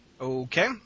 Okay